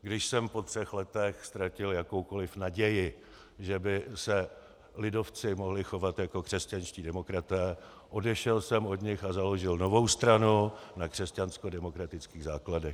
Když jsem po třech letech ztratil jakoukoliv naději, že by se lidovci mohli chovat jako křesťanští demokraté, odešel jsem od nich a založil novou stranu na křesťanskodemokratických základech.